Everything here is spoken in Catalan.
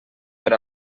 per